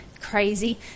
crazy